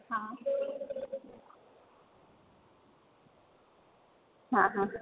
હા હા હા